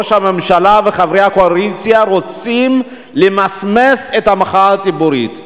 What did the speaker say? ראש הממשלה וחברי הקואליציה רוצים למסמס את המחאה הציבורית.